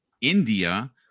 India